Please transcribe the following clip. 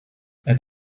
add